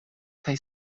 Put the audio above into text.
kaj